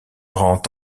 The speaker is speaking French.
rend